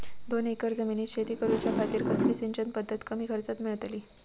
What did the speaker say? दोन एकर जमिनीत शेती करूच्या खातीर कसली सिंचन पध्दत कमी खर्चात मेलतली?